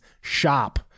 shop